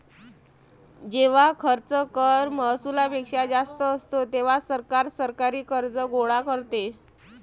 जेव्हा खर्च कर महसुलापेक्षा जास्त असतो, तेव्हा सरकार सरकारी कर्ज गोळा करते